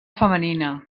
femenina